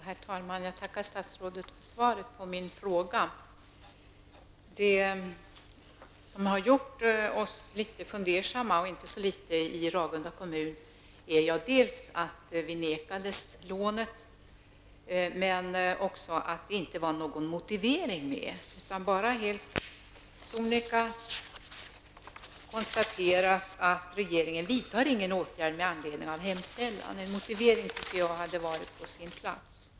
Herr talman! Jag tackar statsrådet för svaret på min fråga. Det som har gjort oss i Ragunda kommun litet fundersamma, och inte så litet, är dels att vi nekades lånet, dels att det inte fanns någon motivering till beslutet. Det konstateras bara helt sonika att regeringen inte vidtar någon åtgärd med anledning av hemställan. Jag tycker att en motivering hade varit på sin plats.